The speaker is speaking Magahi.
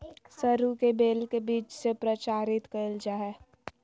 सरू के बेल के बीज से प्रचारित कइल जा हइ